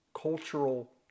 cultural